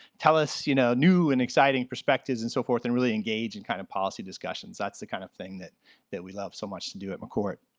tell us you know new and exciting perspectives and so forth and really engage in kind of policy discussions that's the kind of thing that that we love so much to do at mccourt.